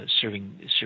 serving